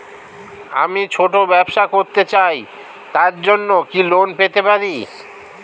আমি ছোট ব্যবসা করতে চাই তার জন্য কি লোন পেতে পারি?